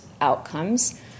outcomes